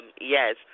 Yes